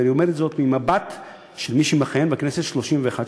ואני אומר זאת ממבט של מי שמכהן בכנסת 31 שנה.